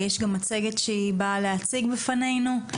יש גם מצגת שהיא באה להציג בפנינו.